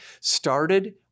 started